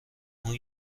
اون